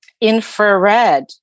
Infrared